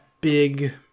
big